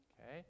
Okay